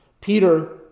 Peter